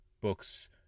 books